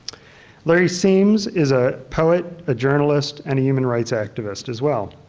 larry siems is a poet, a journalist, and a human rights activist as well.